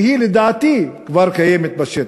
שלדעתי היא כבר קיימת בשטח: